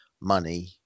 money